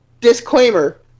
Disclaimer